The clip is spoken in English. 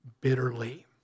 bitterly